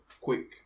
quick